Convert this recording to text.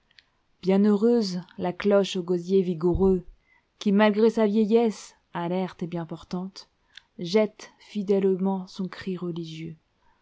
brume bienheureuse la cloche au gosier vigoureux qui malgré sa vieillesse alerte et bien portante jette fidèlement son cri religieux